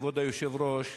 כבוד היושב-ראש,